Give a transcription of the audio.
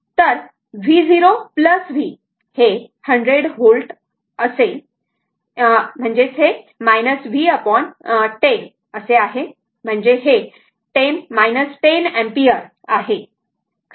तर v0 v 100 volt आणि असेल v10 आहे म्हणजे हे 10 अँपिअर आहे